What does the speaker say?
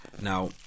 Now